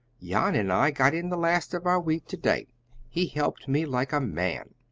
jan and i got in the last of our wheat to-day. he helped me like a man.